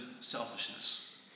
selfishness